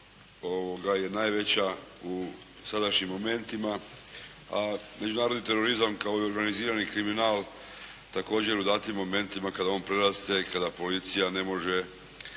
je najveća u sadašnjim momentima. A međunarodni terorizam, kao i urbanizirani kriminal, također u datim momentima kada on prerasta i kada policija ne može